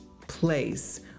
place